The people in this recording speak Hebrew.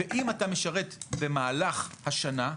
ואם אתה משרת במהלך השנה,